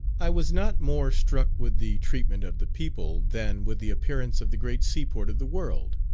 i was not more struck with the treatment of the people, than with the appearance of the great seaport of the world.